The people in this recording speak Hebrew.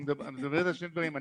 את מדברת על שני דברים.